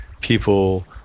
people